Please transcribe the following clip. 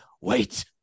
wait